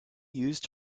used